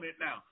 now